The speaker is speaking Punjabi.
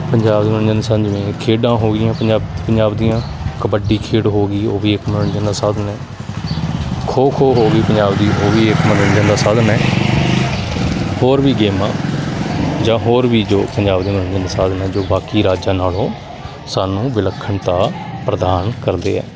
ਪੰਜਾਬ ਦੇ ਮਨੋਰੰਜਨ ਦੇ ਸਾਧਨ ਜਿਵੇਂ ਖੇਡਾਂ ਹੋ ਗਈਆਂ ਪੰਜਾਬ ਪੰਜਾਬ ਦੀਆਂ ਕਬੱਡੀ ਖੇਡ ਹੋ ਗਈ ਉਹ ਵੀ ਇੱਕ ਮਨੋਰੰਜਨ ਦਾ ਸਾਧਨ ਹੈ ਖੋ ਖੋ ਹੋ ਗਈ ਪੰਜਾਬ ਦੀ ਉਹ ਵੀ ਇਕ ਮਨੋਰੰਜਨ ਦਾ ਸਾਧਨ ਹੈ ਹੋਰ ਵੀ ਗੇਮਾਂ ਜਾਂ ਹੋਰ ਵੀ ਜੋ ਪੰਜਾਬ ਦੇ ਮਨੋਰੰਜਨ ਦੇ ਸਾਧਨ ਹੈ ਜੋ ਬਾਕੀ ਰਾਜਾਂ ਨਾਲੋਂ ਸਾਨੂੰ ਵਿਲੱਖਣਤਾ ਪ੍ਰਦਾਨ ਕਰਦੇ ਹੈ